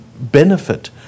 benefit